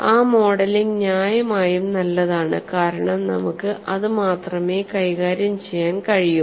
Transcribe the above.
ആ മോഡലിംഗ് ന്യായമായും നല്ലതാണ് കാരണം നമുക്ക് അത് മാത്രമേ കൈകാര്യം ചെയ്യാൻ കഴിയൂ